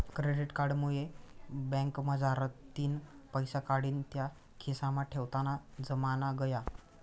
credit card मुये बँकमझारतीन पैसा काढीन त्या खिसामा ठेवताना जमाना गया